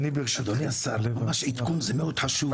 אדוני השר ממש עדכון מאוד חשוב,